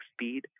speed